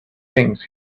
things